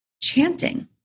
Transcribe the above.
chanting